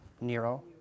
Nero